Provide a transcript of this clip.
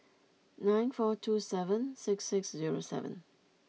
nine four two seven six six zero seven